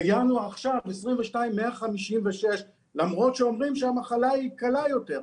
בינואר 22' 156 מנות דם למרות שאומרים שהמחלה קלה יותר.